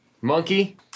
Monkey